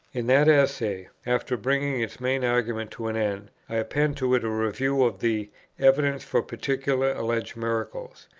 in that essay, after bringing its main argument to an end, i append to it a review of the evidence for particular alleged miracles.